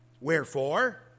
wherefore